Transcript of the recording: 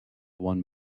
one